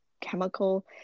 chemical